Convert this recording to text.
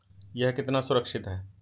यह कितना सुरक्षित है?